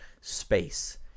space